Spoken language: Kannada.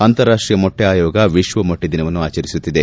ಅಂತಾರಾಷ್ಷೀಯ ಮೊಟ್ಲೆ ಆಯೋಗ ವಿಶ್ವಮೊಟ್ಟೆ ದಿನವನ್ನು ಆಚರಿಸುತ್ತಿದೆ